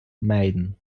meiden